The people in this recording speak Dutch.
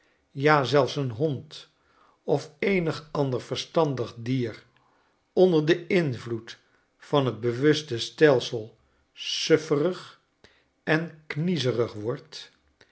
ja zelfs een hond of eenig ander verstandig dier onder den invloed van t bewuste stelsel sufferig en kniezerig wordt